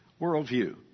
Worldview